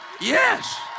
Yes